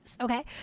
Okay